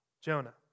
Jonah